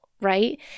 right